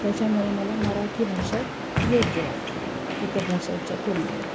त्याच्यामुळे मला मराठी भाषा योग्य वाटते इतर भाषांच्या तुलनेमध्ये